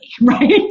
right